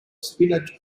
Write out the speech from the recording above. spinach